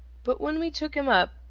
but when we took him up,